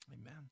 Amen